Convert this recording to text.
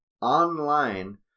online